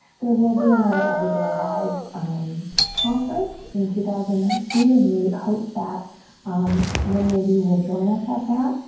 there will be another everyday alive conference in two thousand and nineteen and we hope that um many of you will join us at that